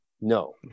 no